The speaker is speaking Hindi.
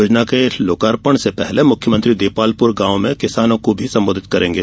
योजना के लोकार्षण के पूर्व मुख्यमंत्री देपालपुर गॉव में किसानों को संबोधित करेंगे